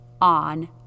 on